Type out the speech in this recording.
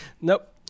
Nope